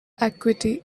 acuity